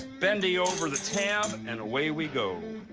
bending over the tab, and away we go.